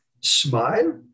smile